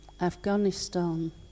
Afghanistan